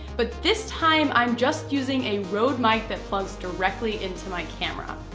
but this time, i'm just using a rode mic that plugs directly into my camera.